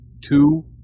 two